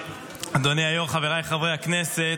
אדוני היו"ר, חבריי חברי הכנסת,